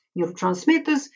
neurotransmitters